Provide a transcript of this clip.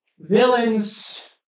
Villains